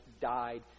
died